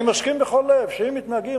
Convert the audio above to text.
אני מסכים בכל לב שאם מתנהגים,